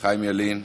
חיים ילין,